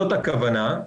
הכוונה,